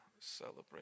celebrate